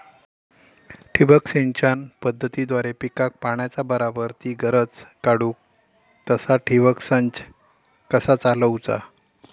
ठिबक सिंचन पद्धतीद्वारे पिकाक पाण्याचा बराबर ती गरज काडूक तसा ठिबक संच कसा चालवुचा?